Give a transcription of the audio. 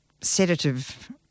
sedative